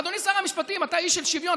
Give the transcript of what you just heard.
אדוני שר המשפטים, אתה איש של שוויון.